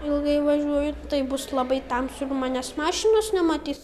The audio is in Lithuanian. ilgai važiuoju tai bus labai tamsu ir manęs mašinos nematys